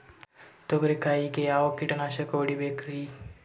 ತೊಗರಿ ಕಾಯಿಗೆ ಯಾವ ಕೀಟನಾಶಕ ಹೊಡಿಬೇಕರಿ?